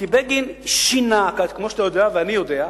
כי בגין שינה, כמו שאתה יודע, ואני יודע,